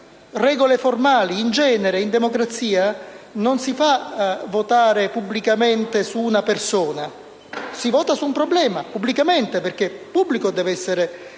regole formali: in genere in democrazia non si fa votare pubblicamente su una persona, ma si vota su un problema, pubblicamente, perché pubblico deve essere